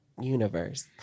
universe